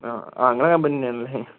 ആ ആ നിങ്ങളുടെ കമ്പനി തന്നെ ആണല്ലേ